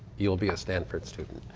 you'll be a stanford student.